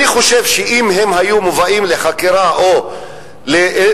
אני חושב שאם הם היו מובאים לחקירה או לבית-משפט,